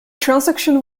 transaction